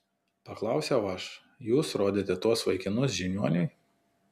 paklausiau aš jūs rodėte tuos vaikinus žiniuoniui